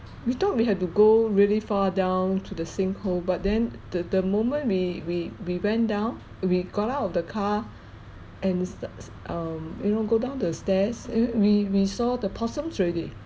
we thought we had to go really far down to the sinkhole but then the the moment we we we went down we got out of the car and st~ s~ um you know go down the stairs and we we saw the possums already